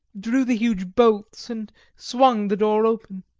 drew the huge bolts, and swung the door open.